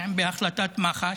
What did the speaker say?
בהחלטת מח"ש,